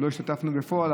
שלא השתתפנו בפועל,